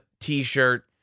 t-shirt